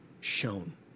shown